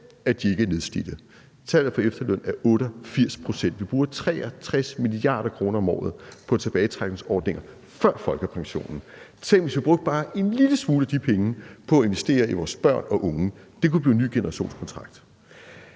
at de ikke er nedslidte, og tallet er for efterlønnen 88 pct., og vi bruger 63 mia. kr. om året på tilbagetrækningsordninger før folkepensionen. Tænk, hvis vi brugte bare en lille smule af de penge på at investere i vores børn og unge. Det kunne blive en ny generationskontrakt.